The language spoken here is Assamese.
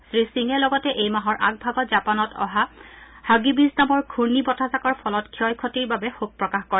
শ্ৰীসিঙে লগতে এই মাহৰ আগভাগত জাপানত অহা হাগিবিজ নামৰ ঘূৰ্ণি বতাহজাকৰ ফলত হোৱা ক্ষয়ক্ষতিৰ বাবে শোক প্ৰকাশ কৰে